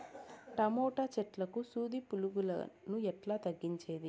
Tomato చెట్లకు సూది పులుగులను ఎట్లా తగ్గించేది?